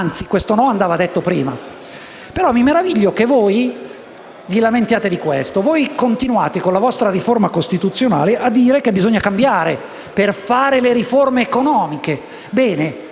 anzi, questo no andava detto prima. Però mi meraviglio che voi vi lamentiate di questo. Voi continuate, con la vostra riforma costituzionale, a dire che bisogna cambiare per fare le riforme economiche. Bene,